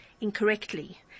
incorrectly